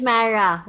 Mara